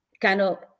Cano